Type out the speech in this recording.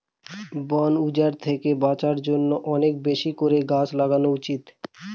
বন উজাড় থেকে বাঁচার জন্য অনেক করে গাছ লাগানো উচিত